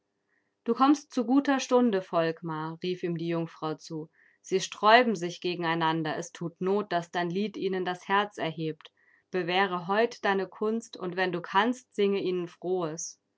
du kommst zu guter stunde volkmar rief ihm die jungfrau zu sie sträuben sich gegeneinander es tut not daß dein lied ihnen das herz erhebt bewähre heut deine kunst und wenn du kannst singe ihnen frohes